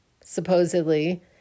supposedly